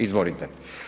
Izvolite.